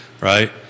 right